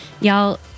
y'all